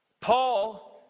Paul